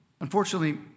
Unfortunately